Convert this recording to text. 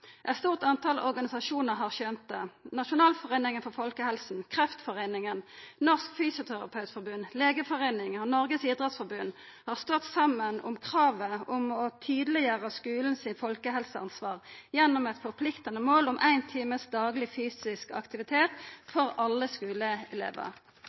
eit klassespørsmål. Mange organisasjonar har skjønt det. Nasjonalforeininga for folkehelsa, Kreftforeininga, Norsk Fysioterapeutforbund, Legeforeininga og Noregs Idrettsforbund har stått saman om kravet om å tydeleggjera skulen sitt folkehelseansvar gjennom eit forpliktande mål om éin time dagleg fysisk aktivitet